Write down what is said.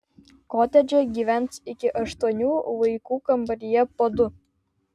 kotedže gyvens iki aštuonių vaikų kambaryje po du